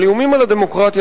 אבל איומים על הדמוקרטיה,